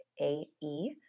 A-E